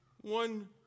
one